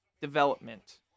development